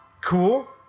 cool